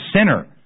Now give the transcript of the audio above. sinner